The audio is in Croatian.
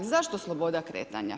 Zašto sloboda kretanja?